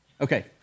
Okay